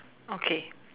okay